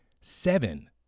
seven